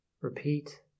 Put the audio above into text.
repeat